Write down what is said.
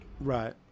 right